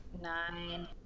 Nine